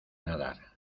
nadar